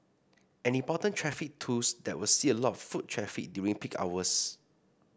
an important traffic tools that will see a lot of foot traffic during peak hours